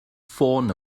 ffôn